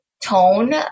tone